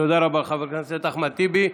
תודה רבה לחבר הכנסת אחמד טיבי.